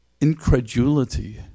incredulity